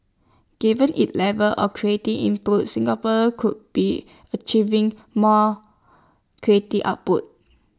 given its level of creative input Singapore could be achieving more creative outputs